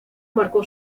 marcó